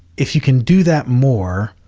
if you can do that more,